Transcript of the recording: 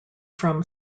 from